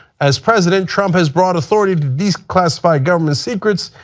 as president, trump has broad authority to declassify government secrets,